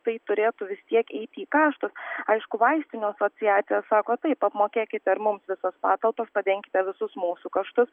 tai turėtų vis tiek įeiti į kaštus aišku vaistinių asociacija sako taip apmokėkite ir mums visas patalpas padenkite visus mūsų kaštus